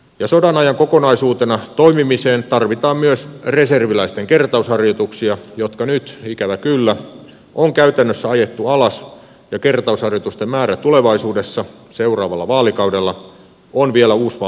ja sodan ajan kokonaisuutena toimimiseen tarvitaan myös reserviläisten kertausharjoituksia jotka nyt ikävä kyllä on käytännössä ajettu alas ja kertausharjoitusten määrä tulevaisuudessa seuraavalla vaalikaudella on vielä usvan peitossa